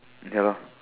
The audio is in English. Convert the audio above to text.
ya lor